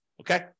Okay